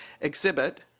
exhibit